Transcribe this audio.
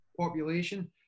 population